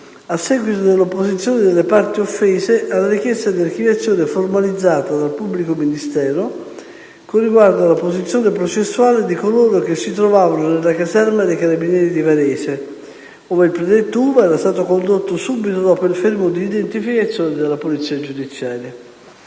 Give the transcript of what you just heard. a seguito dell'opposizione delle parti offese alla richiesta di archiviazione formalizzata dal pubblico ministero con riguardo alla posizione processuale di coloro che si trovavano nella caserma dei Carabinieri di Varese, ove il predetto Uva era stato condotto subito dopo il fermo di identificazione della polizia giudiziaria.